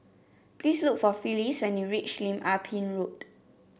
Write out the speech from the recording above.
please look for Phyllis when you reach Lim Ah Pin Road